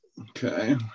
Okay